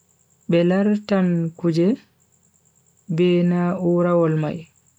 Be lartan kuje be na'urawol mai.